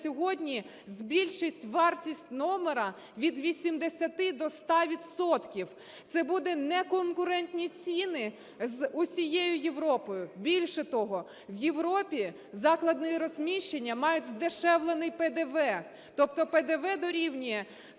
сьогодні збільшить вартість номера від 80 до 100 відсотків, це будуть неконкурентні ціни з усією Європою. Більше того, в Європі заклади розміщення мають здешевлений ПДВ, тобто ПДВ дорівнює